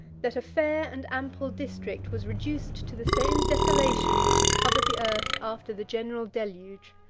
that a fair and ample district was reduced to the same desolation which had covered the earth after the general deluge.